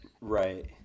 Right